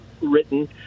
written